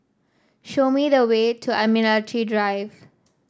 show me the way to Admiralty Drive